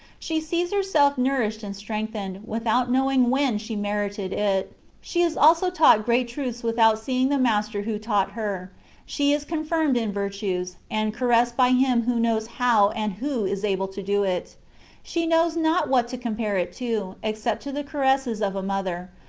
she sees herself nourished and strengthened, without knowing when she merited it she is also taught great truths without seeing the master who taught her she is confirmed in virtues, and caressed by him who knows how and who is able to do it she knows not what to com pare it to, except to the caresses of a mother,